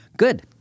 Good